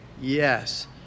Yes